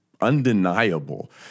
undeniable